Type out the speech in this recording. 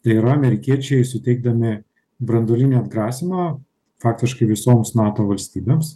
ir amerikiečiai suteikdami branduolinį atgrasymą faktiškai visoms nato valstybėms